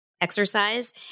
exercise